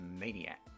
Maniac